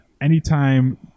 anytime